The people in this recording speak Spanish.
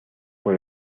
por